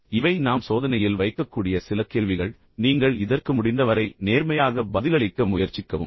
இப்போது இவை நாம் சோதனையில் வைக்கக்கூடிய சில கேள்விகள் பின்னர் நீங்கள் இதற்கு முடிந்தவரை நேர்மையாக பதிலளிக்க முயற்சிக்கவும்